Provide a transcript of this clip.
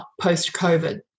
post-COVID